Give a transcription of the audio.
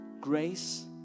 grace